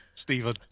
Stephen